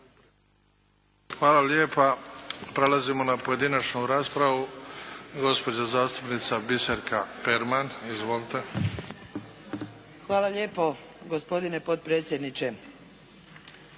Hvala lijepa. Prelazimo na pojedinačnu raspravu. Gospođa zastupnica Biserka Perman. Izvolite. **Perman, Biserka (SDP)** Hvala lijepo gospodine potpredsjedniče.